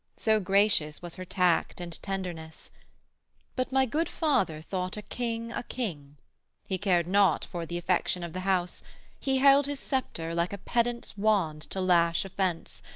so gracious was her tact and tenderness but my good father thought a king a king he cared not for the affection of the house he held his sceptre like a pedant's wand to lash offence,